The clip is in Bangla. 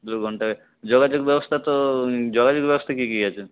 দু ঘন্টায় যোগাযোগ ব্যবস্থা তো যোগাযোগ ব্যবস্থা কী কী আছে